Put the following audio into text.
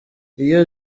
iyo